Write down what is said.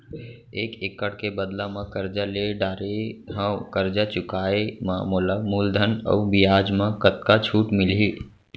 एक एक्कड़ के बदला म करजा ले डारे हव, करजा चुकाए म मोला मूलधन अऊ बियाज म कतका छूट मिलही?